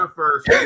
first